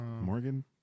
Morgan